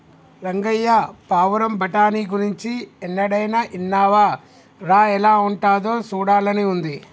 రంగయ్య పావురం బఠానీ గురించి ఎన్నడైనా ఇన్నావా రా ఎలా ఉంటాదో సూడాలని ఉంది